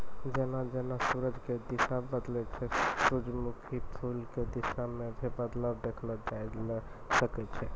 जेना जेना सूरज के दिशा बदलै छै सूरजमुखी फूल के दिशा मॅ भी बदलाव देखलो जाय ल सकै छै